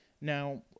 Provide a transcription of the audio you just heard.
now